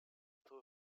poor